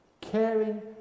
Caring